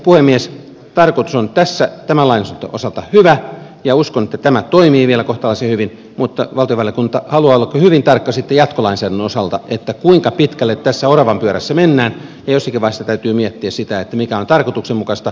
tarkoitus on tässä tämän lain osalta hyvä ja uskon että tämä toimii vielä kohtalaisen hyvin mutta valtiovarainvaliokunta haluaa olla hyvin tarkka sitten jatkolainsäädännön osalta kuinka pitkälle tässä oravanpyörässä mennään ja jossakin vaiheessa täytyy miettiä sitä mikä on tarkoituksenmukaista